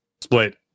split